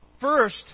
First